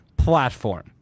platform